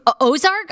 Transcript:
Ozark